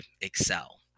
excel